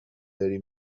داری